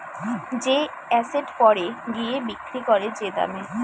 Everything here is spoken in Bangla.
যে এসেট পরে গিয়ে বিক্রি করে যে দামে